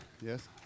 yes